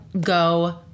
go